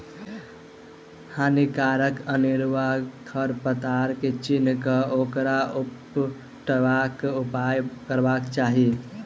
हानिकारक अनेरुआ खर पात के चीन्ह क ओकरा उपटयबाक उपाय करबाक चाही